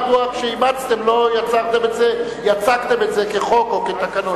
מדוע כשאימצתם לא יצקתם את זה כחוק או כתקנון.